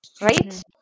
Right